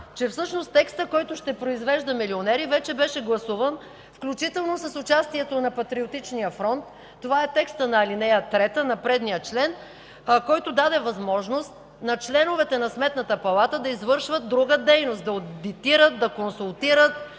че всъщност текстът, който ще произвежда милионери, вече беше гласуван, включително с участието на Патриотичния фронт. Това е текстът на ал. 3 на предишния член, който даде възможност на членовете на Сметната палата да извършват друга дейност – да одитират, да консултират,